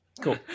Cool